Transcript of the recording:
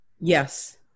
Yes